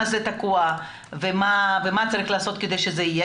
הוא תקוע ומה צריך לעשות כדי שהוא יהיה,